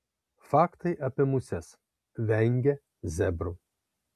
faktai apie muses vengia zebrų